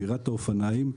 בירת האופניים,